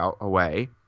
away